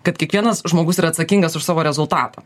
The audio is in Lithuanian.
kad kiekvienas žmogus yra atsakingas už savo rezultatą